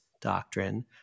Doctrine